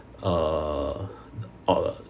err or